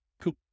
Cool